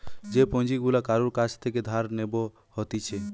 যে পুঁজি গুলা কারুর কাছ থেকে ধার নেব হতিছে